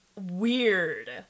weird